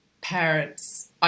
parents